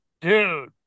dude